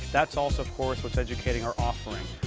that's also of course what's educating our offering.